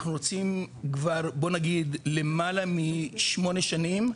אנחנו רוצים כבר בוא נגיד למעלה משמונה שנים,